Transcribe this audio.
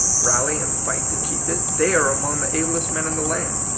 rally and fight to keep it? they are among the ablest men in the land,